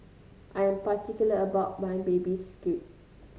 I am particular about my Baby Squid